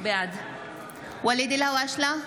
בעד ואליד אלהואשלה,